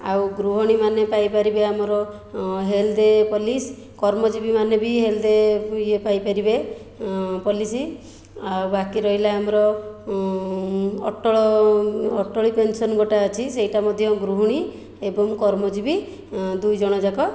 ଆଉ ଗୃହିଣୀମାନେ ପାଇପାରିବେ ଆମର ହେଲ୍ଥ ପଲିସି କର୍ମଜୀବିମାନେ ବି ହେଲ୍ଥ ଇଏ ପାଇପାରିବେ ପଲିସି ଆଉ ବାକି ରହିଲା ଆମର ଅଟଳ ଅଟଳ ପେନ୍ସନ୍ ଗୋଟିଏ ଅଛି ସେଇଟା ମଧ୍ୟ ଗୃହିଣୀ ଏବଂ କର୍ମଜୀବି ଦୁଇଜଣ ଯାକ